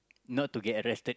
not to get arrested